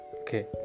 Okay